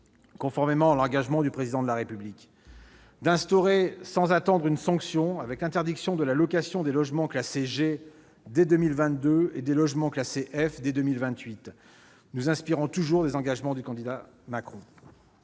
conformément à l'engagement du Président de la République. Nous proposerons aussi d'instaurer sans attendre une sanction, avec l'interdiction de la location des logements classés G dès 2022 et des logements classés F dès 2028, toujours en nous inspirant des engagements du candidat Macron.